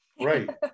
Right